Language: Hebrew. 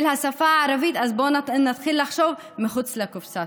השפה הערבית אז בואו נתחיל לחשוב מחוץ לקופסה.